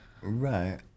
Right